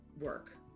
work